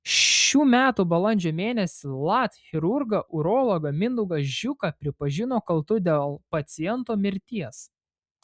šių metų balandžio mėnesį lat chirurgą urologą mindaugą žiuką pripažino kaltu dėl paciento mirties